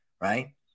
right